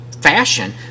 fashion